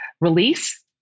release